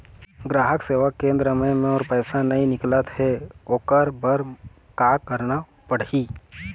ग्राहक सेवा केंद्र म मोर पैसा नई निकलत हे, ओकर बर का करना पढ़हि?